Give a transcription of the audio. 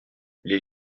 les